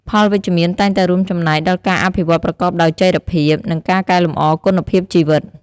ផលវិជ្ជមានតែងតែរួមចំណែកដល់ការអភិវឌ្ឍប្រកបដោយចីរភាព និងការកែលម្អគុណភាពជីវិត។